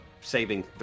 saving